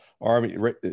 Army